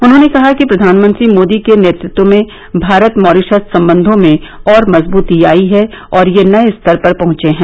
उन्होंने कहा कि प्रधानमंत्री मोदी के नेतृत्व में भारत मॉरीशस संबंधों में और मजबूती आयी है और ये नये स्तर पर पहुंचे हैं